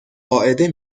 قاعده